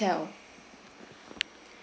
hotel